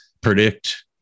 predict